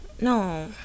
No